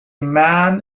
man